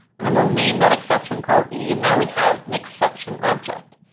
and then we'll name that exception called e, and now we have an exception object.